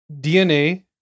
DNA